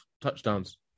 touchdowns